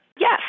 Yes